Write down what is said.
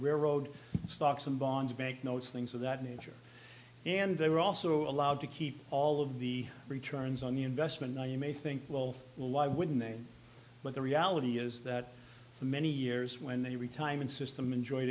railroad stocks and bonds bank notes things of that nature and they were also allowed to keep all of the returns on the investment now you may think well why wouldn't they but the reality is that for many years when the retirement system enjoy